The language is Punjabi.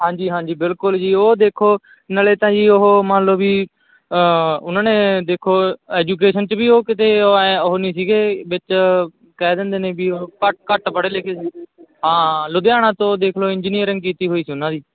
ਹਾਂਜੀ ਹਾਂਜੀ ਬਿਲਕੁਲ ਜੀ ਉਹ ਦੇਖੋ ਨਾਲੇ ਤਾਂ ਜੀ ਉਹ ਮੰਨ ਲਓ ਵੀ ਉਹਨਾਂ ਨੇ ਦੇਖੋ ਐਜੂਕੇਸ਼ਨ 'ਚ ਵੀ ਉਹ ਕਿਤੇ ਉਹ ਐਂ ਉਹ ਨਹੀਂ ਸੀਗੇ ਵਿੱਚ ਕਹਿ ਦਿੰਦੇ ਨੇ ਵੀ ਘੱਟ ਘੱਟ ਪੜ੍ਹੇ ਲਿਖੇ ਹਾਂ ਲੁਧਿਆਣਾ ਤੋਂ ਦੇਖ ਲਓ ਇੰਜੀਨੀਅਰਿੰਗ ਕੀਤੀ ਹੋਈ ਸੀ ਉਹਨਾਂ ਦੀ